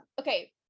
okay